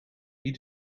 wie